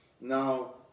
Now